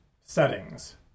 settings